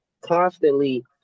constantly